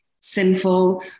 sinful